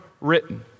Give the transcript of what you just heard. written